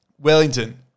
Wellington